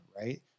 Right